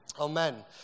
Amen